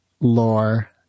lore